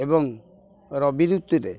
ଏବଂ ରବି ଋତୁରେ